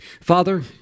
Father